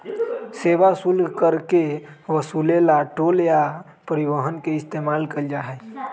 सेवा शुल्क कर के वसूले ला टोल या परिवहन के इस्तेमाल कइल जाहई